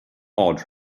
and